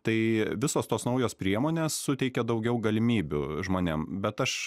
tai visos tos naujos priemonės suteikia daugiau galimybių žmonėm bet aš